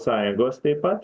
sąjungos taip pat